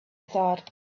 thought